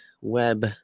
web